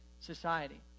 society